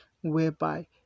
whereby